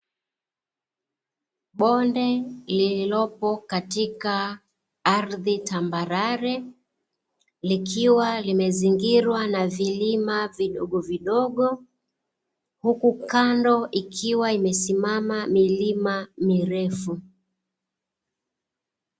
Bonde lililopo katika ardhi tambarare likiwa limezingirwa na vilima vidogovidogo, huku kando ikiwa imesimama milima mirefu.